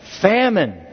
Famine